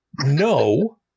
No